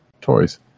toys